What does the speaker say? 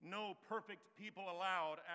no-perfect-people-allowed